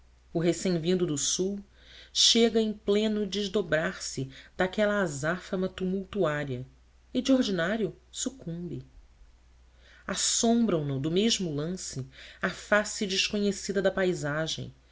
o recém vindo do sul chega em pleno desdobrar se daquela azáfama tumultuária e de ordinário sucumbe assombram no do mesmo lance a face desconhecida da paisagem